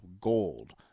Gold